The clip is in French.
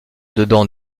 dedans